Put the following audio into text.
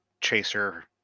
chaser